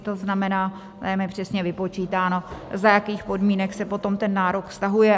To znamená, je tam přesně vypočítáno, za jakých podmínek se potom ten nárok vztahuje.